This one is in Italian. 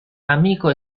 amico